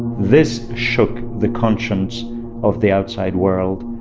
this shook the conscience of the outside world,